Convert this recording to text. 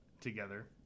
together